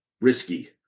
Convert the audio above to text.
risky